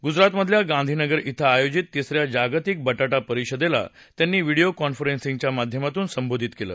गुजरात मधल्या गांधीनगर इथं आयोजित तिसऱ्या जागतिक बटाटा परिषदेला त्यांनी व्हिडिओ कॉन्फरान्सिंगझारे संबोधित केलं